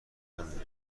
همینه